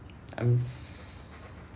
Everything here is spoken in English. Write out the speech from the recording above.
um